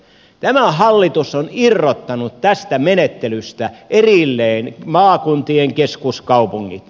tämä hallitus on irrottanut tästä menettelystä erilleen maakuntien keskuskaupungit